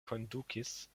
kondukis